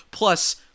Plus